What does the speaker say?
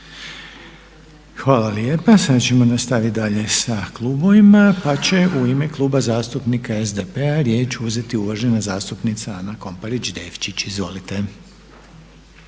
Hvala lijepa. Sada ćemo nastaviti dalje sa klubovima pa će u ime Kluba zastupnika SDP-a riječ uzeti uvažena zastupnica Ana Komparić Devčić. Izvolite.